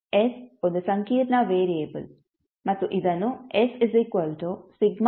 s ಒಂದು ಸಂಕೀರ್ಣ variable ಮತ್ತು ಇದನ್ನು ನಿಂದ ನೀಡಲಾಗುತ್ತದೆ